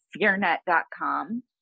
Fearnet.com